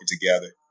together